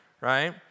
right